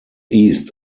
east